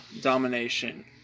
domination